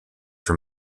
for